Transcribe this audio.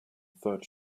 third